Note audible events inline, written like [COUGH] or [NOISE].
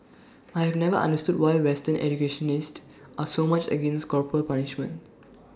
[NOISE] I have never understood why western educationists are so much against corporal punishment